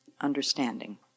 understanding